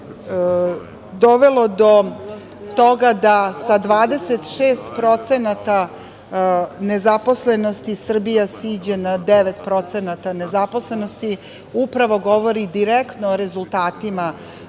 dovelo do toga da sa 26% nezaposlenosti Srbija siđe na 9% nezaposlenosti, upravo govori direktno o rezultatima